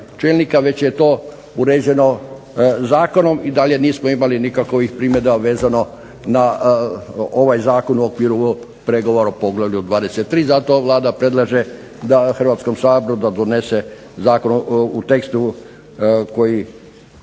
već je to uređeno zakonom i dalje nismo imali nikakovih primjedaba vezano na ovaj zakon u okviru pregovora u poglavlju 23., zato Vlada predlaže Hrvatskom saboru da donese zakon u tekstu koji